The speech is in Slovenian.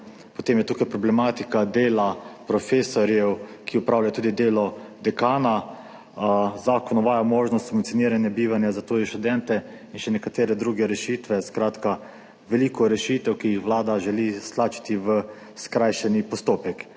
Potem je tukaj problematika dela profesorja, ki opravljajo tudi delo dekana. Zakon uvaja možnost subvencioniranja bivanja za tuje študente in še nekatere druge rešitve. Skratka veliko rešitev, ki jih Vlada želi stlačiti v skrajšani postopek.